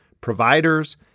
providers